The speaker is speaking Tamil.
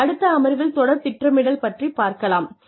நாம் அடுத்த அமர்வில் தொடர் திட்டமிடல் பற்றிப் பார்க்கலாம்